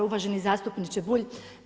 Uvaženi zastupniče Bulj.